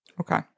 Okay